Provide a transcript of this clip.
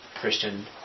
Christian